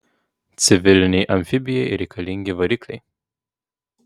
civilinei amfibijai reikalingi varikliai